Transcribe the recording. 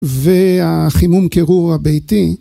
והחימום קירור הביתי.